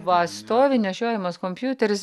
va stovi nešiojamas kompiuteris